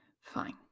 fine